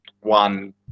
one